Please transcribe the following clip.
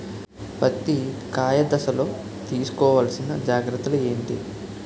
పత్తి కాయ దశ లొ తీసుకోవల్సిన జాగ్రత్తలు ఏంటి?